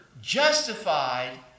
justified